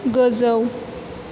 गोजौ